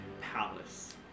Palace